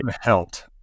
helped